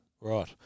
Right